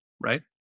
right